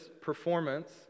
performance